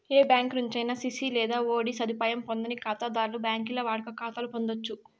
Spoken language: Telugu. ఏ బ్యాంకి నుంచైనా సిసి లేదా ఓడీ సదుపాయం పొందని కాతాధర్లు బాంకీల్ల వాడుక కాతాలు పొందచ్చు